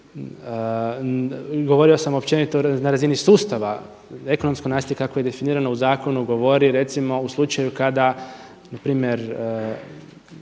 govorio sam općenito na razini sustava. Ekonomsko nasilje kako je definirano u zakonu govori recimo u slučaju kada npr.